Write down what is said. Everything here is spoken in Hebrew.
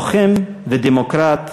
לוחם ודמוקרט,